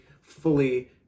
fully